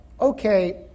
okay